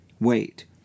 wait